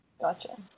Gotcha